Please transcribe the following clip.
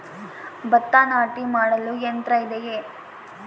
ಭತ್ತ ನಾಟಿ ಮಾಡಲು ಯಂತ್ರ ಇದೆಯೇ?